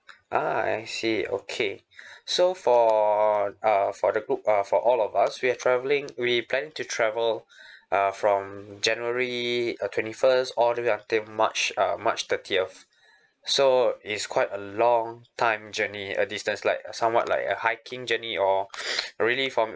uh I see okay so for uh for the group uh for all of us we have travelling we plan to travel uh from january uh twenty first all the way until march uh march thirtieth so it's quite a long time journey a distance like somewhat like a hiking journey or really from